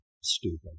stupid